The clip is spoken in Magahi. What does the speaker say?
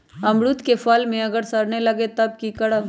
अमरुद क फल म अगर सरने लगे तब की करब?